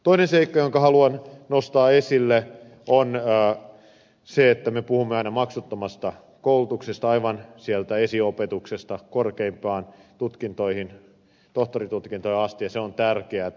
toinen seikka jonka haluan nostaa esille on se että me puhumme aina maksuttomasta koulutuksesta aivan sieltä esiopetuksesta korkeimpiin tutkintoihin tohtorintutkintoihin asti ja se on tärkeätä